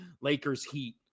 Lakers-Heat